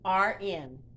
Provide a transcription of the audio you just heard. RN